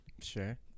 Sure